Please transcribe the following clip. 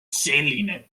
selline